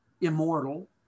immortal